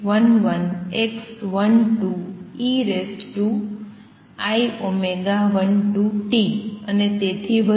x11 x12 ei12t અને તેથી વધુ